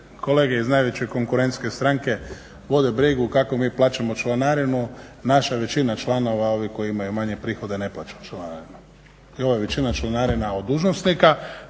kolege iz najveće konkurentske stranke vode brigu kako mi plaćamo članarinu. Naša većina članova oni koji imaju manje prihode ne plaćaju članarinu i ovo je većina članarina od dužnosnika.